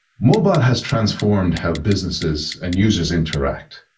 mobile has transformed how businesses and users interact.